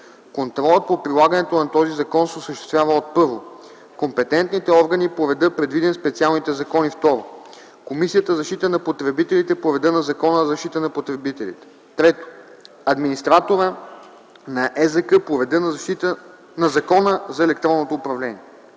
Контролът по прилагането на този закон се осъществява от: 1. компетентните органи по реда, предвиден в специалните закони; 2. Комисията за защита на потребителите по реда на Закона за защита на потребителите; 3. администратора на ЕЗК по реда на Закона за електронното управление.”